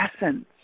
essence